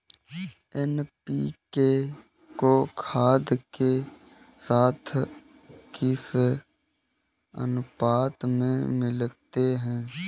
NPK को खाद के साथ किस अनुपात में मिलाते हैं?